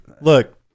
look